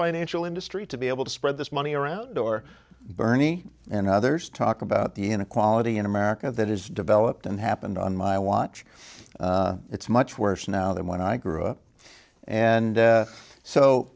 financial industry to be able to spread this money around or bernie and others talk about the inequality in america that is developed and happened on my watch it's much worse now than when i grew up and